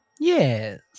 Yes